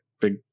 Big